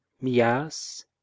mias